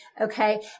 okay